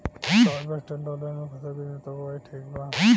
South western lowland में फसलों की बुवाई ठीक बा?